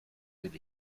will